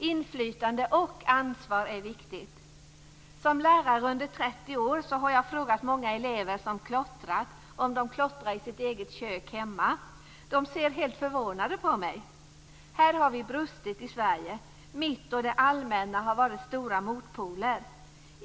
Inflytande och ansvar är viktigt. Under mina 30 år som lärare har jag frågat många elever som klottrat om de klottrar hemma i sitt eget kök. De ser då helt förvånade på mig. Här har vi brustit i Sverige. Mitt och det allmänna har varit stora motpoler.